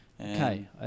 Okay